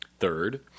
Third